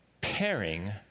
pairing